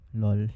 lol